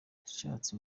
yashatse